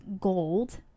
gold